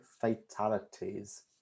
fatalities